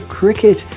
cricket